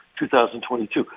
2022